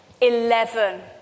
Eleven